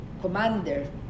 commander